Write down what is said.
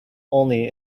only